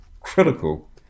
critical